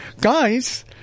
guys